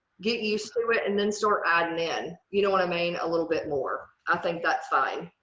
get used to it and then start adding in, you know what i mean? a little bit more. i think that's fine.